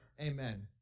Amen